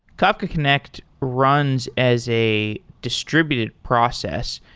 kafka connect runs as a distributed process.